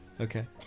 Okay